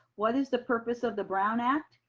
what is the purpose of the brown act?